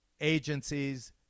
agencies